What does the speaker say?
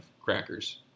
crackers